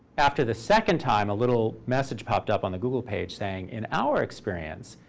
after the second time, a little message popped up on the google page saying, in our experience,